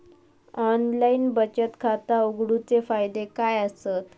Online बचत खाता उघडूचे फायदे काय आसत?